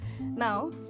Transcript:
Now